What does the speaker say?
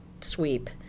sweep